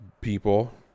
people